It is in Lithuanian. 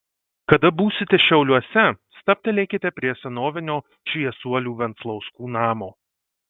kada būsite šiauliuose stabtelėkite prie senovinio šviesuolių venclauskų namo